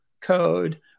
code